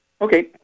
Okay